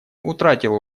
утратила